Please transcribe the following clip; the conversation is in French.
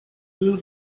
deux